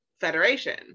federation